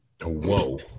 Whoa